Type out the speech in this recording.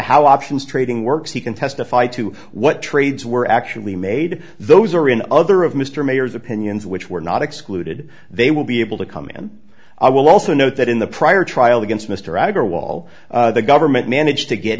how options trading works he can testify to what trades were actually made those are in other of mr mayor's opinions which were not excluded they will be able to come in and i will also note that in the prior trial against mr agger wall the government managed to get